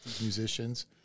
musicians